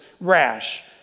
rash